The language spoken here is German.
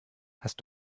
hast